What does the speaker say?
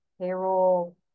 payroll